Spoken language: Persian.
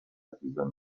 همسرعزیزم